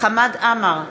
חמד עמאר,